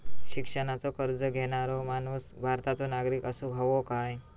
शिक्षणाचो कर्ज घेणारो माणूस भारताचो नागरिक असूक हवो काय?